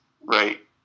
right